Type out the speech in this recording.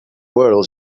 world